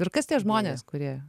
ir kas tie žmonės kurie